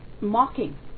mocking